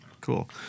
Cool